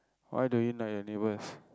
why don't you like your neighbours